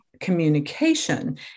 communication